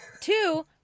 Two